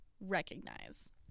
recognize